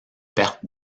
perte